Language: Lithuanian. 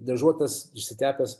dažuotas išsitepęs